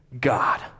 God